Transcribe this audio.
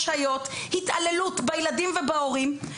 השהיות והשעיות, התעללות בהורים ובילדים.